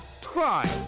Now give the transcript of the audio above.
crime